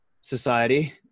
society